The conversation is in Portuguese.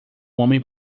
homem